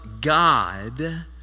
God